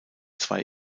zwei